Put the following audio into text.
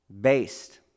based